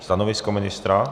Stanovisko ministra?